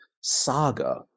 saga